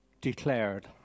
declared